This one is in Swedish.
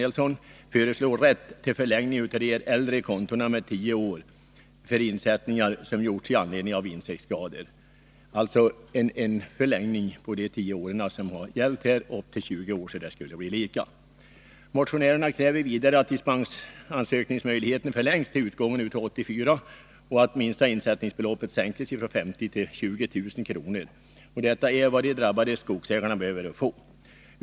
I motionen föreslås rätt till förlängning beträffande de äldre kontona för insättningar som gjorts med anledning av insektsskador. Det gäller en förlängning med 10 år upp till 20 år, så att det skall bli lika. Motionärerna kräver vidare att dispensansökningsmöjligheten förlängs till utgången av 1984 och att minsta insättningsbelopp sänks från 50 000 kr. till 20000 kr. Detta är vad de drabbade skogsägarna behöver få.